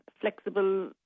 flexible